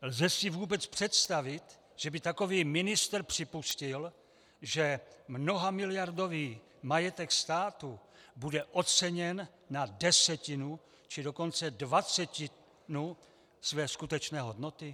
Lze si vůbec představit, že by takový ministr připustil, že mnohamiliardový majetek státu bude oceněn na desetinu, či dokonce dvacetinu své skutečné hodnoty?